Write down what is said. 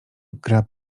gra